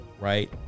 right